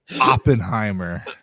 Oppenheimer